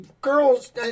girls